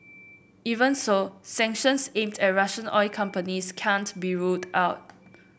even so sanctions aimed at Russian oil companies can't be ruled out